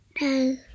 No